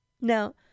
Now